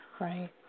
Right